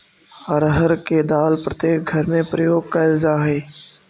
अरहर के दाल प्रत्येक घर में प्रयोग कैल जा हइ